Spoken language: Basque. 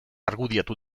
argudiatu